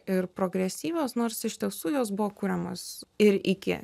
ir progresyvios nors iš tiesų jos buvo kuriamos ir iki